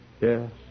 Yes